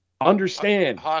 Understand